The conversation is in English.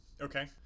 Okay